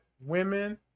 women